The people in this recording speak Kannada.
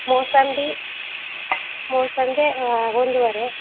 ಮೊಸಂಬಿ ಮೊಸಂಬಿ ಒಂದೂವರೆ